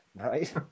right